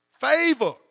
Favor